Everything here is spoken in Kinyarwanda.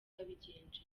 yabigenje